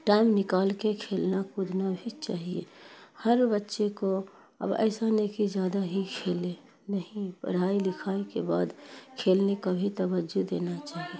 time نکال کے کھیلنا کودنا بھی چاہیے ہر بچے کو اب ایسا نہیں کہ زیادہ ہی کھیلے نہیں پڑھائی لکھائی کے بعد کھیلنے کا بھی توجہ دینا چاہیے